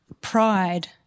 pride